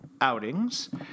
Outings